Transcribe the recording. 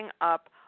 up